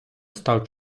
став